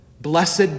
blessed